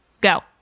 go